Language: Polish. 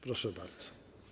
Proszę bardzo.